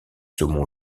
saumons